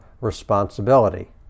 responsibility